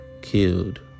killed